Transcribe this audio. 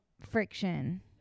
friction